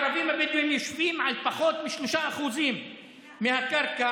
הערבים-הבדואים יושבים על פחות מ-3% מהקרקע,